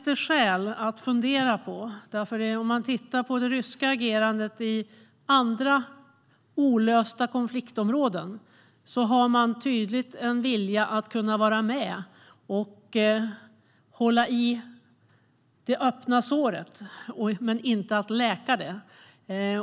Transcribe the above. Det ryska agerandet i andra områden med olösta konflikter visar på en tydlig vilja att hålla kvar det öppna såret och inte att läka det.